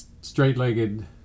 straight-legged